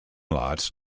lots